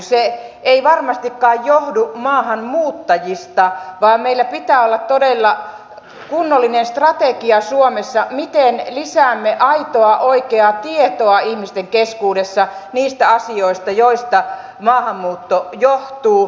se ei varmastikaan johdu maahanmuuttajista vaan meillä pitää olla todella kunnollinen strategia suomessa miten lisäämme aitoa oikeaa tietoa ihmisten keskuudessa niistä asioista joista maahanmuutto johtuu